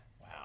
Wow